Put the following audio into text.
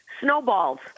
Snowballs